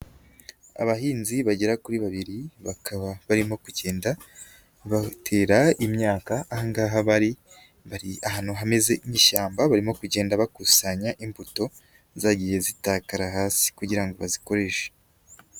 Abahinzi bagera kuri babiri bakaba barimo kugenda batera imyaka, angaha bari ahantu hameze nkishyamba barimo kugenda bakusanya imbuto zagiye zitakara hasi kugira ngo bazikoreshe.